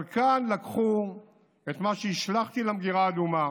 אבל כאן לקחו את מה שהשלכתי למגירה האדומה,